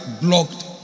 blocked